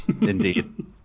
indeed